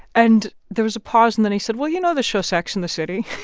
and there was a pause. and then he said, well, you know the show sex and the city?